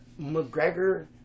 McGregor